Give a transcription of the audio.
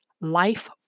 life